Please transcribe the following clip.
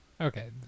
Okay